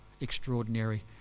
extraordinary